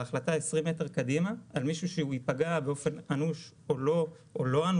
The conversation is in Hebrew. בהחלטה 20 מטר קדימה על מישהו שהוא יפגע באופן אנוש או לא אנוש,